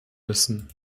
müssen